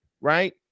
right